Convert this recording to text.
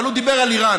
אבל הוא דיבר על איראן.